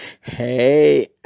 Hey